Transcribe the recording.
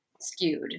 skewed